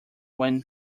when